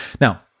Now